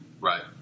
Right